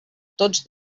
tots